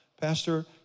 Pastor